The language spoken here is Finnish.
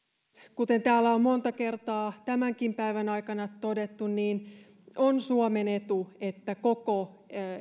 kuten täällä on monta kertaa tämänkin päivän aikana todettu niin on suomen etu että koko